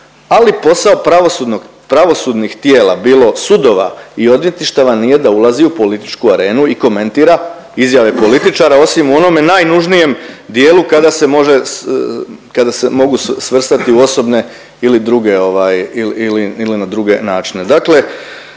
ali posao pravosudnih tijela bilo sudova i odvjetništava nije da ulazi u političku arenu i komentira izjave političara osim u onome najnužnijem dijelu kada se može, kada se mogu svrstati u osobne ili druge ili